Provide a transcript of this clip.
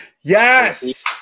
Yes